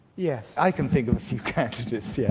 yes, i can think of a few candidates, yes,